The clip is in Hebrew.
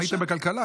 אם הייתם בכלכלה,